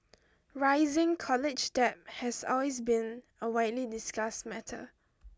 rising college debt has always been a widely discussed matter